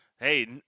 hey